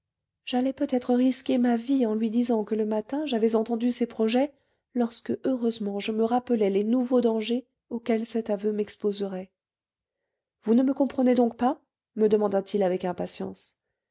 j'allais peut-être risquer ma vie en lui disant que le matin j'avais entendu ses projets lorsque heureusement je me rappelai les nouveaux dangers auxquels cet aveu m'exposerait vous ne me comprenez donc pas me demanda-t-il avec impatience